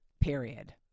period